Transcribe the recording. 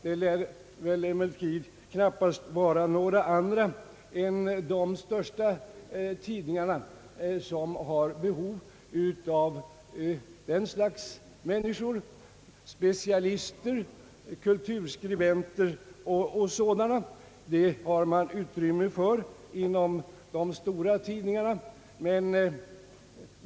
Det lär väl emellertid knappast vara några andra än de största tidningarna som har behov av och möjlighet att ta emot detta slags medarbetare, specialister, kulturskribenter etc.